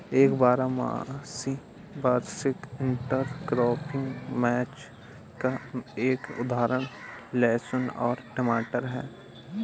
एक बारहमासी वार्षिक इंटरक्रॉपिंग मैच का एक उदाहरण लहसुन और टमाटर है